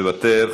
מוותר,